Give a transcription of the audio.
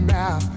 now